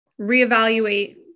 reevaluate